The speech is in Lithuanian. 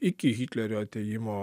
iki hitlerio atėjimo